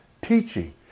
teaching